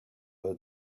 about